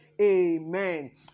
Amen